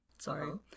sorry